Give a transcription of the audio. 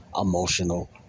Emotional